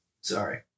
Sorry